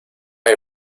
hay